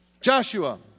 Joshua